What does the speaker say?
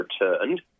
returned